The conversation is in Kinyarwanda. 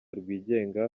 rwigenga